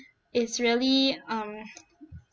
it's really um